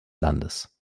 landes